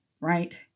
right